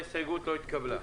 ההסתייגות לא התקבלה.